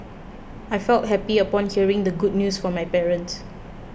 I felt happy upon hearing the good news from my parents